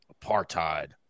apartheid